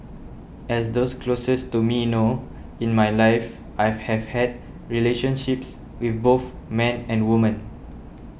as those closest to me know in my life I've have had relationships with both men and women